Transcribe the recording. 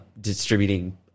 distributing